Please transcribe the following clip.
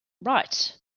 right